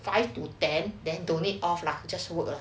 five to ten then don't need off lah just work